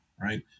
right